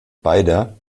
beider